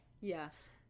yes